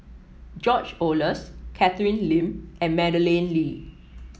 George Oehlers Catherine Lim and Madeleine Lee